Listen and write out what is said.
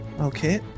Okay